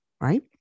right